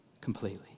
completely